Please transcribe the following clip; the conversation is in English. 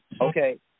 Okay